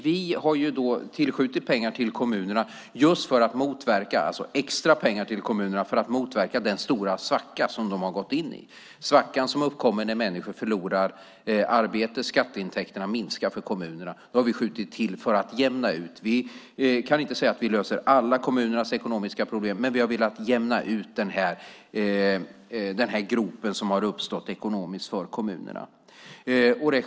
Vi har tillskjutit extra pengar till kommunerna just för att motverka den stora svacka som de har gått in i, den svacka som uppkommit när människor förlorat arbetet och skatteintäkterna därmed minskat för kommunerna. Vi har skjutit till pengar för att utjämna. Vi kan inte säga att vi därigenom löser kommunernas alla ekonomiska problem, men vi har velat jämna ut den grop som uppstått ekonomiskt för kommunerna.